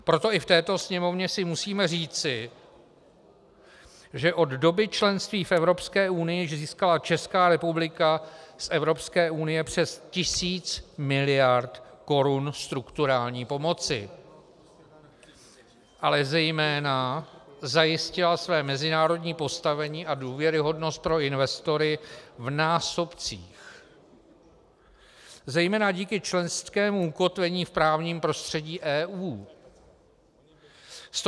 Proto i v této Sněmovně si musíme říci, že od doby členství v Evropské unii získala Česká republika z Evropské unie přes tisíc miliard korun strukturální pomoci, ale zejména zajistila své mezinárodní postavení a důvěryhodnost pro investory v násobcích, zejména díky členskému ukotvení v právním prostředí EU.